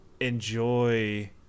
enjoy